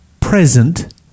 present